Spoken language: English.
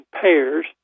pairs